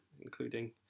including